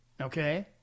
Okay